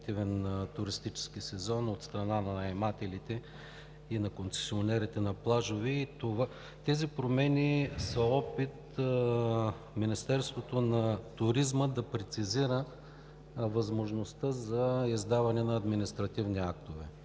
Тези промени са опит Министерството на туризма да прецизира възможността за издаване на административни актове.